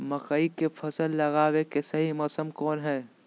मकई के फसल लगावे के सही मौसम कौन हाय?